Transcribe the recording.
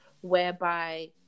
whereby